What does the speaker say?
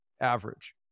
average